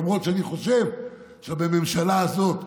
למרות שאני חושב שבממשלה הזאת,